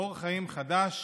אור חיים חדש